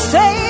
Say